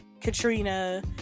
katrina